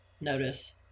notice